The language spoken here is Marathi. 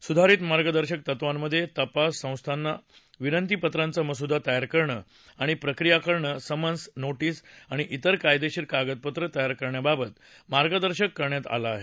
सुधारित मार्गदर्शक तत्वांमध्ये तपास संस्थांना विनंतीपत्रांचा मसुदा तयार करणं आणि प्रक्रिया करणं समन्स नोटिस आणि इतर कायदेशीर कागदपत्रं तयार करण्याबाबत मार्गदर्शन करण्यात आलं आहे